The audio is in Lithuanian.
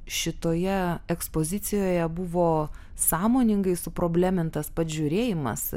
šitoje ekspozicijoje buvo sąmoningai suproblemintas pats žiūrėjimas